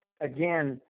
again